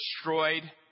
destroyed